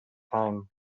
time